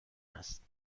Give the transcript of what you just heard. است